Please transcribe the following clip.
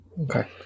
Okay